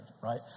right